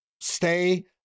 Stay